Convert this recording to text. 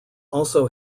also